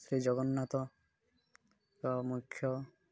ଶ୍ରୀ ଜଗନ୍ନାଥ ଏକ ମୁଖ୍ୟ